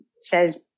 says